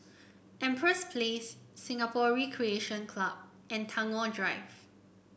Empress Place Singapore Recreation Club and Tagore Drive